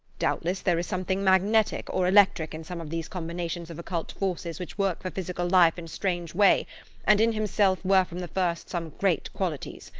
doubtless, there is something magnetic or electric in some of these combinations of occult forces which work for physical life in strange way and in himself were from the first some great qualities.